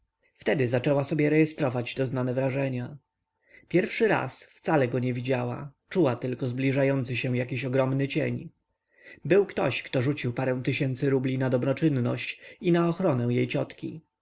wtedy zaczęła sobie rejestrować doznane wrażenia pierwszy raz wcale go nie widziała czuła tylko zbliżający się jakiś ogromny cień był ktoś który rzucił parę tysięcy rubli na dobroczynność i na ochronę jej ciotki